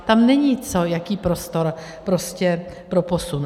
Tam není co, jaký prostor prostě pro posun.